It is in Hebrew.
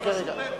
חכה רגע.